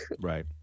right